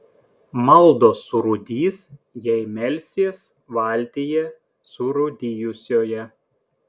maldos surūdys jei melsies valtyje surūdijusioje